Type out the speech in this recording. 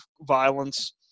violence –